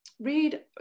read